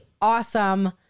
awesome